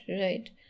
right